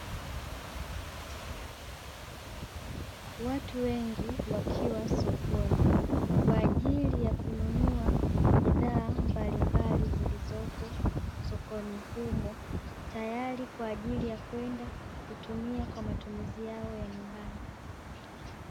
Watu wengi wakiwa sokoni kwa ajili ya kununua bidhaa mbalimbali zilizopo sokoni humo, tayari kwa ajili ya kwenda kutumia kwa matumizi yao ya nyumbani.